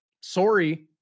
Sorry